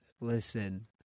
Listen